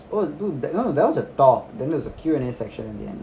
oh dude tha~ no that was a talk then there was a Q&A section at the end